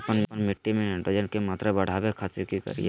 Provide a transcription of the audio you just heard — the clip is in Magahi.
आपन मिट्टी में नाइट्रोजन के मात्रा बढ़ावे खातिर की करिय?